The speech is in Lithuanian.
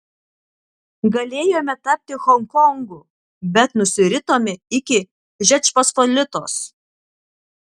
galėjome tapti honkongu bet nusiritome iki žečpospolitos